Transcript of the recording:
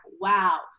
wow